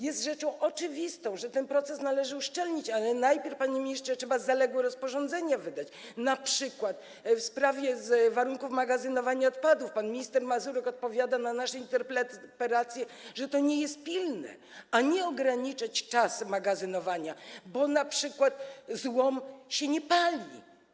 Jest rzeczą oczywistą, że ten proces należy uszczelnić, ale najpierw, panie ministrze, trzeba wydać zaległe rozporządzenia, np. w sprawie warunków magazynowania odpadów - pan minister Mazurek odpowiada na nasze interpelacje, że to nie jest pilne - a nie ograniczyć czas magazynowania, bo choćby złom się nie pali.